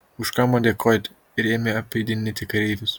už ką man dėkojate ir ėmė apeidinėti kareivius